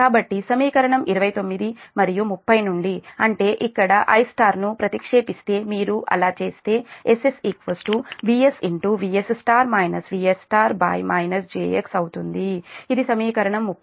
కాబట్టి సమీకరణం 29 మరియు 30 నుండి అంటే ఇక్కడ మీరు I ను ప్రతిక్షేపిస్తే మీరు అలా చేస్తే SS VSVS VR jx అవుతుంది ఇది సమీకరణం 31